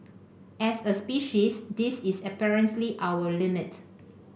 as a species this is apparently our limit